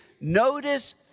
Notice